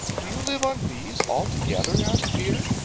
do you live on bees altogether? asked peter.